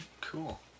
Cool